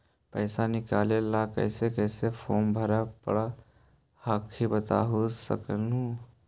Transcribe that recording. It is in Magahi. पैसा निकले ला कैसे कैसे फॉर्मा भरे परो हकाई बता सकनुह?